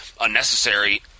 unnecessary